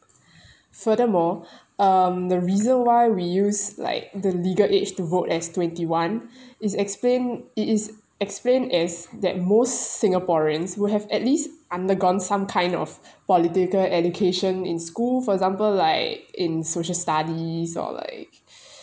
furthermore um the reason why we use like the legal age to vote as twenty one is explained it is explained as that most singaporeans will have at least undergone some kind of political education in school for example like in social studies or like